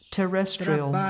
terrestrial